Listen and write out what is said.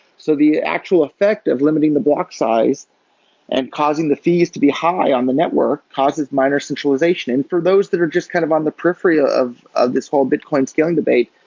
so the actual effect of limiting the block size and causing the fees to be high on the network causes minor centralization. for those that are just kind of on the periphery ah of of this whole bitcoin scaling debate,